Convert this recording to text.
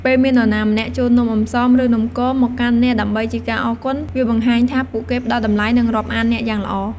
ពេលមាននរណាម្នាក់ជូននំអន្សម ឬ នំគមមកកាន់អ្នកដើម្បីជាការអរគុណ វាបង្ហាញថាពួកគេផ្ដល់តម្លៃ និងរាប់អានអ្នកយ៉ាងល្អ។